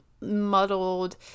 muddled